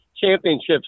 championships